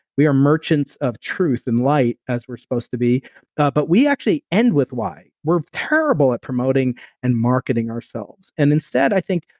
we are merchants of truth and light as we're supposed to be ah but we actually end with why. we're terrible at promoting and marketing ourselves and instead, i think,